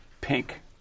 Pink